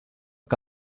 que